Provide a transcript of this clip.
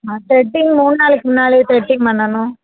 threading மூணு நாளைக்கு முன்னாடியே த்ரெட்டிங் பண்ணணும்